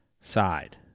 side